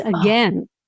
again